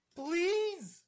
please